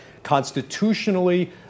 constitutionally